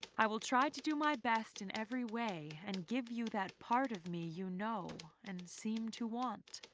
i will try to do my best in every way and give you that part of me you know and seem to want.